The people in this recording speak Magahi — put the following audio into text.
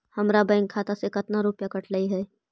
हमरा बैंक खाता से कतना रूपैया कटले है?